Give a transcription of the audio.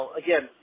again